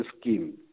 scheme